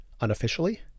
unofficially